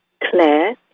Claire